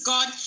God